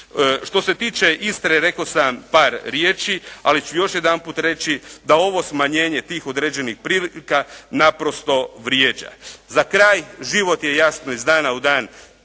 Što se tiče Istre, rako sam par riječi, ali ću još jedanput reći, da ovo smanjenje tih određenih prilika, naprosto vrijeđa. Za kraj, život je jasno iz dana u dan